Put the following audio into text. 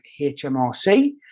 HMRC